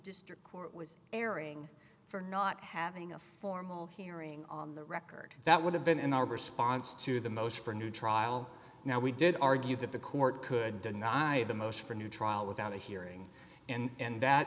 district court was airing for not having a formal hearing on the record that would have been in our response to the most for a new trial now we did argue that the court could deny the most for new trial without a hearing and